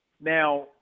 now